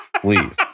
please